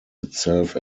itself